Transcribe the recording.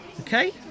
Okay